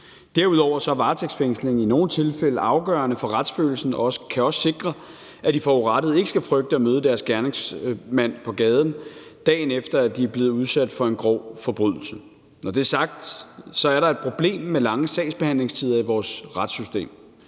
Derudover er varetægtsfængsling i nogle tilfælde afgørende for retsfølelsen og kan også sikre, at de forurettede ikke skal frygte at møde deres gerningsmand på gaden, dagen efter at de er blevet udsat for en grov forbrydelse. Når det er sagt, er der et problem med lange sagsbehandlingstider i vores retssystem,